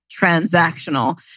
transactional